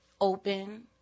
open